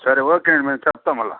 సరే ఓకే నేను చెప్తా మరల